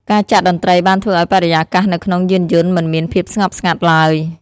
ការចាក់តន្ត្រីបានធ្វើឱ្យបរិយាកាសនៅក្នុងយានយន្តមិនមានភាពស្ងប់ស្ងាត់ឡើយ។